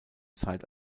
zeit